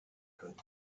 können